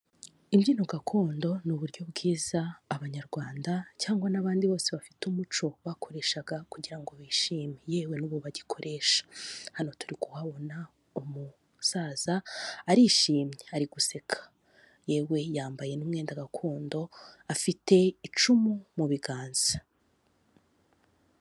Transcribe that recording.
Imbyino gakondo ni uburyo bwiza abanyarwanda cyangwa n'abandi bose bafite umuco bakoreshaga kugira ngo bishime yewe n'ubu bagikoresha, hano turi kuhabona umusaza arishimye, ari guseka, yewe yambaye n'umwenda gakondo, afite icumu mu biganza.